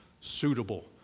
suitable